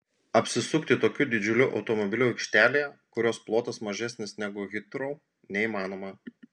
apsisukti tokiu didžiuliu automobiliu aikštelėje kurios plotas mažesnis negu hitrou neįmanoma